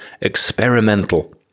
experimental